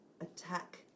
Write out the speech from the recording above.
attack